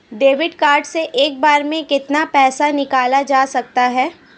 Debit card से एक बार में कितना पैसा निकाला जा सकता है?